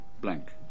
blank